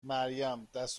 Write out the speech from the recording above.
مریم، دست